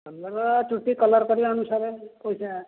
ଆମର ଚୁଟି କଲର କରିବା ଆନୁସରେ ପଇସା